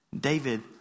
David